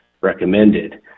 recommended